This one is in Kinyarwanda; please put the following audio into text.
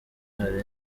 hari